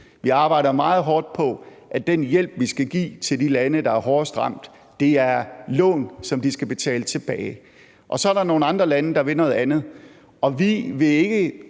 Vi arbejder meget hårdt på, at den hjælp, vi skal give til de lande, der er hårdest ramt, er lån, som de skal betale tilbage. Så er der nogle andre lande, der vil noget andet, og vi vil ikke